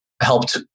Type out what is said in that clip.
helped